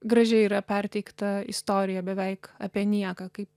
gražiai yra perteikta istorija beveik apie nieką kai